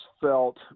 felt